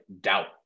doubt